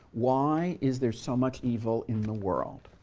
why is there so much evil in the world?